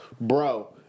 Bro